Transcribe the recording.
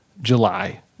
july